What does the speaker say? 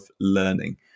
learning